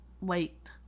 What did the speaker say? Wait